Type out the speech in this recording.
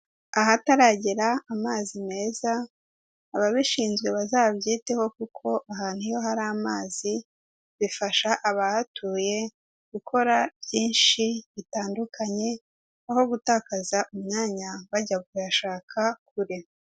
Ahataragera amazi meza, ababishinzwe bazabyiteho kuko ahantu iyo hari amazi bifasha abahatuye gukora byinshi bitandukanye, aho gutakaza umwanya bajya kuyashaka kure.